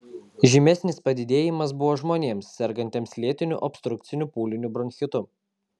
žymesnis padidėjimas buvo žmonėms sergantiems lėtiniu obstrukciniu pūliniu bronchitu